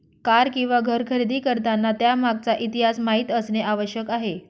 car किंवा घर खरेदी करताना त्यामागचा इतिहास माहित असणे आवश्यक आहे